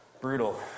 Brutal